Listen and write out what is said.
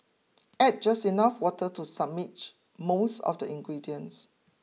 add just enough water to submerge most of the ingredients